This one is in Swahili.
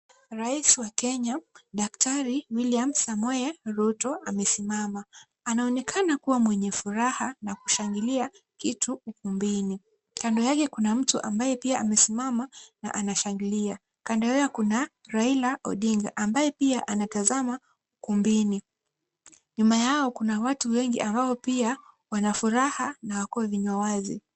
Rais wa Kenya, Daktari William Samoei Ruto amesimama. Anaonekana kuwa mwenye furaha na kushangilia kitu ukumbini. Kando yake kuna mtu pia ambaye amesimama na anashangilia. Kando yao kuna Raila Odinga ambaye pia anatazama ukumbini. Nyuma yao kuna watu wengi ambao pia wana furaha na wako vinywa wazi.